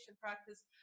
practice